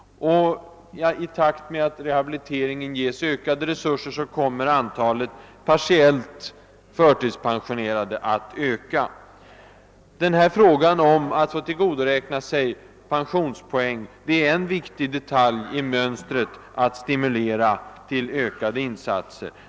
I takt med att rehabiliteringen får ökade resurser kommer antalet partiellt förtidspensionerade som arbetar att öka. Och frågan om att få tillgodoräkna sig pensionspoäng är en viktig detalj i strävandena att stimulera till ökade insatser.